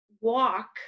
walk